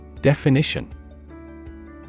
Definition